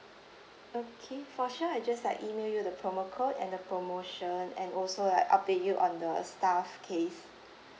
okay for sure I just like email you the promo code and the promotion and also like update you on the staff case